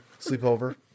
sleepover